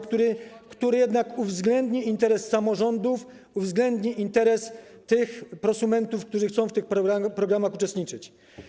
który jednak uwzględni interes samorządów, uwzględni interes tych prosumentów, którzy chcą w tych programach uczestniczyć.